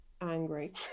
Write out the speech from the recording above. angry